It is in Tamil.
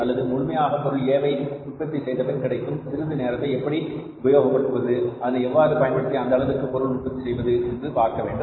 அல்லது முழுமையாக பொருள் A வை உற்பத்தி செய்த பின் கிடைக்கும் சிறிது நேரத்தை எப்படி உபயோகப்படுத்துவது அதனை எவ்வாறு பயன்படுத்தி எந்த அளவிற்கு பொருள் உற்பத்தி செய்வது என்று பார்க்க வேண்டும்